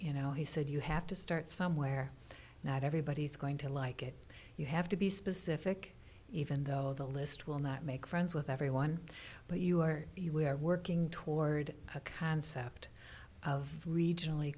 you know he said you have to start somewhere not everybody's going to like it you have to be specific even though the list will not make friends with everyone but you are you are working toward a concept of regionally